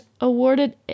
awarded